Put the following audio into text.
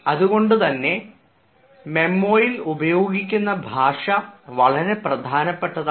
അതുകൊണ്ടുതന്നെ മെമ്മോയിൽ ഉപയോഗിക്കുന്ന ഭാഷ വളരെ പ്രധാനപ്പെട്ടതാണ്